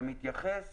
אתה מתייחס